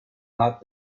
not